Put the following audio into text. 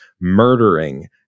murdering